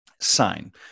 sign